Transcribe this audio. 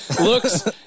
looks